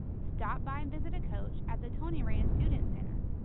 stop by and visit a coach at the tony rand student center.